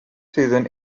season